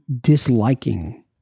disliking